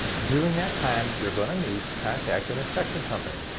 during that time you're going to need to contact an inspection company.